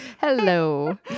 Hello